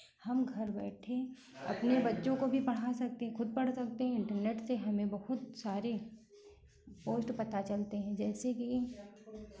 हम घर बैठे अपने बच्चों को भी पढ़ा सकते हैं खुद पढ़ सकते हैं इंटरनेट से हमें बहुत सारे पोस्ट पता चलते हैं जैसे कि